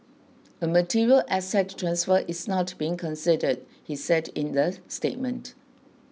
a material asset transfer is not being considered he said in the statement